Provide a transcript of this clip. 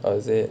oh is it